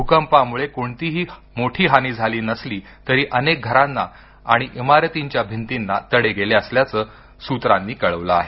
भूकंपामुळे कोणतीही मोठी हानी झाले नसली तरी अनेक घरांना आणि इमारतींच्या भिंतींना तडे गेले असल्याचं सूत्रांनी कळवलं आहे